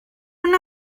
una